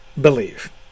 believe